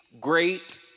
great